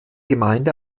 gemeinde